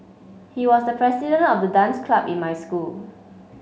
he was the president of the dance club in my school